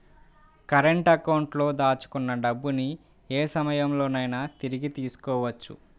current అకౌంట్లో దాచుకున్న డబ్బుని యే సమయంలోనైనా తిరిగి తీసుకోవచ్చు